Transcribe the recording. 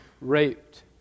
raped